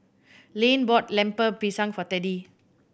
Lane bought Lemper Pisang for Teddy